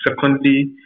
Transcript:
Secondly